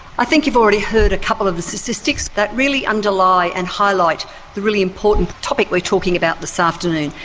i think you've already heard a couple of the statistics that really underlie and highlight the really important topic we're talking about this afternoon,